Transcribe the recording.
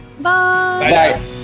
Bye